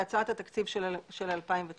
להצעת התקציב של 2019,